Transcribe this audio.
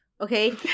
okay